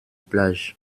plage